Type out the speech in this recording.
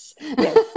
yes